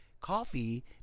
coffee